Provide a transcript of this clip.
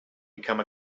become